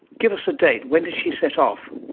give us a date, when did she set off?